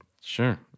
Sure